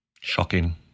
Shocking